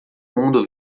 mundo